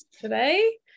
today